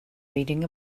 reading